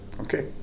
okay